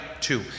two